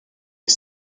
est